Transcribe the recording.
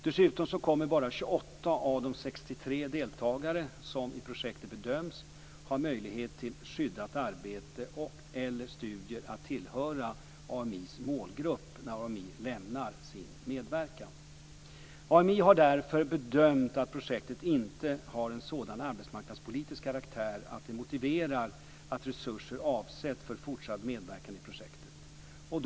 Dessutom kommer bara 28 av de 63 deltagare som i projektet bedöms ha möjlighet till skyddat arbete eller studier att tillhöra AMI:s målgrupp när AMI lämnar sin medverkan. AMI har därför bedömt att projektet inte har en sådan arbetsmarknadspolitisk karaktär att det motiverar att resurser avsätts för fortsatt medverkan i projektet.